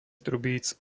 trubíc